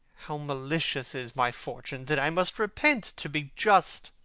how malicious is my fortune, that i must repent to be just!